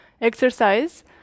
exercise